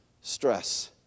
stress